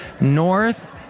North